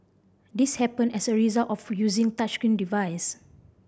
this happened as a result of using touchscreen device